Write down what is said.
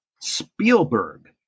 Spielberg